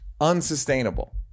unsustainable